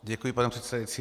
Děkuji, pane předsedající.